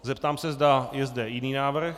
Zeptám se, zda je zde jiný návrh.